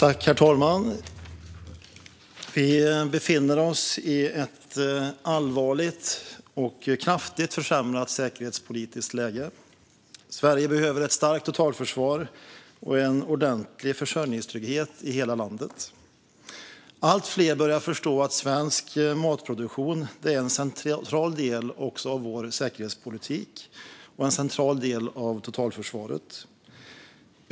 Herr talman! Vi befinner oss i ett allvarligt och kraftigt försämrat säkerhetspolitiskt läge. Sverige behöver ett starkt totalförsvar och ordentlig försörjningstrygghet i hela landet. Allt fler börjar förstå att svensk matproduktion är en central del också av vår säkerhetspolitik och en central del av totalförsvaret.